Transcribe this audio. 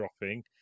dropping